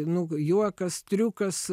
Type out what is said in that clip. nu juokas triukas